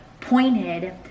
pointed